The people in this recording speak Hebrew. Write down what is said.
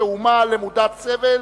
כאומה למודת סבל,